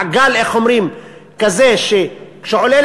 מעגל כזה שכשהוא עולה,